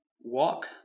walk